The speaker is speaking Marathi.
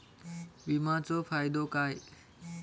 विमाचो फायदो काय?